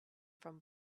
from